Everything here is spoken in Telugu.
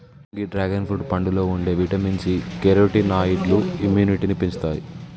గీ డ్రాగన్ ఫ్రూట్ పండులో ఉండే విటమిన్ సి, కెరోటినాయిడ్లు ఇమ్యునిటీని పెంచుతాయి